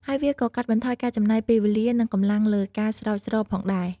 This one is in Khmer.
ហើយវាក៏កាត់បន្ថយការចំណាយពេលវាលា និងកម្លាំងលើការស្រោចស្រពផងដែរ។